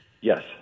Yes